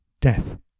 death